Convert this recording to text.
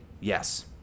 Yes